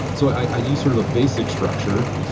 so, i use sort of a basic structure,